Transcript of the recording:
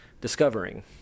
discovering